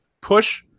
push